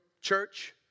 church